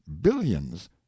billions